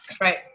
Right